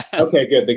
ah okay. good.